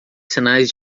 sinais